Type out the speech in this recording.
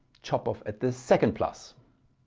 chop off at the second plus